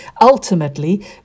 Ultimately